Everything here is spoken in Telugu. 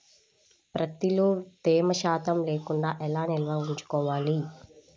ప్రత్తిలో తేమ శాతం లేకుండా ఎలా నిల్వ ఉంచుకోవాలి?